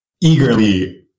Eagerly